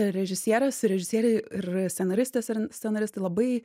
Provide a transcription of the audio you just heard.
režisierės ir režisieriai ir scenaristės ir scenaristai labai